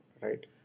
right